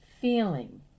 feeling